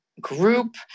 group